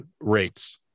rates